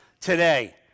today